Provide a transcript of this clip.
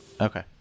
okay